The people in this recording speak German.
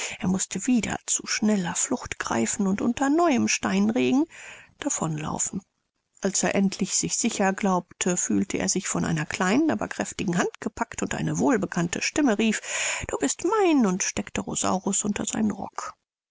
er mußte wieder zu schneller flucht greifen und unter neuem steinregen davon laufen als er endlich sich sicher glaubte fühlte er sich von einer kleinen aber kräftigen hand gepackt und eine wohlbekannte stimme rief du bist mein und steckte rosaurus unter seinen rock